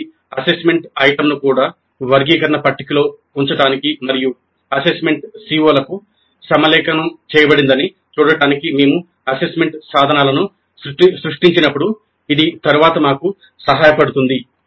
ప్రతి అసెస్మెంట్ ఐటెమ్ను కూడా వర్గీకరణ పట్టికలో ఉంచడానికి మరియు అసెస్మెంట్ CO లకు సమలేఖనం చేయబడిందని చూడటానికి మేము అసెస్మెంట్ సాధనాలను సృష్టించినప్పుడు ఇది తరువాత మాకు సహాయపడుతుంది